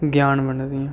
ਗਿਆਨ ਵੰਡਦੀਆਂ